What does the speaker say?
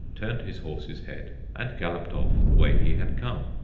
turned his horse's head and galloped off the way he had come.